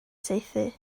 saethu